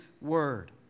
word